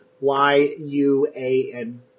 Y-U-A-N